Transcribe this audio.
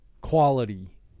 quality